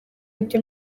ibyo